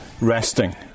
resting